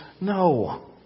No